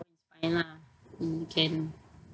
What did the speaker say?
that's fine lah you can